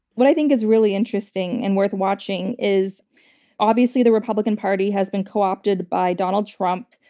what i think is really interesting and worth watching is obviously the republican party has been co-opted by donald trump.